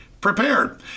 prepared